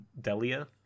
Delia